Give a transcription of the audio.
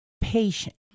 patient